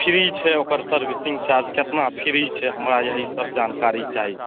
free छै ओकर servicing charge कतना फ्री छै हमरा इएहसब जानकारी चाही